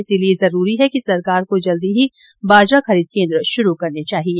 इसलिये जरूरी है कि सरकार को जल्द ही बाजरा खरीद केन्द्र शुरू करने चाहिये